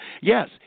yes